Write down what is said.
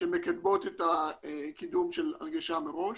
שמקדמות את הקידום של הנגשה מראש.